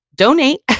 donate